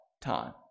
time